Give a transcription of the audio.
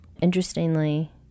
interestingly